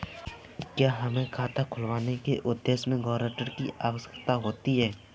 क्या हमें खाता खुलवाने के उद्देश्य से गैरेंटर की आवश्यकता होती है?